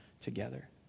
together